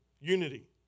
unity